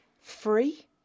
Free